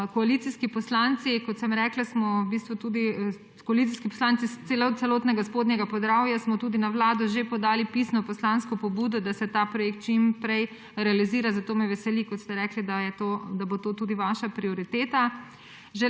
Koalicijski poslanci, v bistvu koalicijski poslanci celotnega Spodnjega Podravja smo, kot sem rekla, na Vlado že podali pisno poslansko pobudo, da se ta projekt čim prej realizira, zato me veseli, ker ste rekli, da bo to tudi vaša prioriteta.